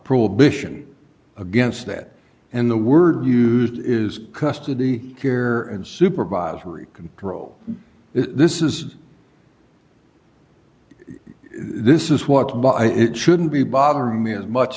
prohibition against that and the word used is custody here and supervisory control this is this is what but it shouldn't be bothering me as much